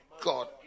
god